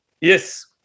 Yes